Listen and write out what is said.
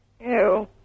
Ew